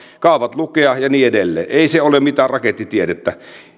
kaavat lukea ja niin edelleen ei se ole mitään rakettitiedettä